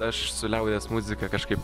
aš su liaudies muzika kažkaip